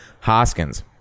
Hoskins